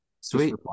sweet